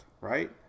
right